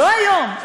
לא היום,